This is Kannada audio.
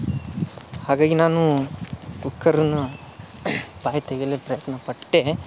ಹಾಗಾಗಿ ನಾನು ಕುಕ್ಕರನ್ನು ಬಾಯ್ ತೆಗಿಲಿಕ್ಕೆ ಪ್ರಯತ್ನ ಪಟ್ಟೆ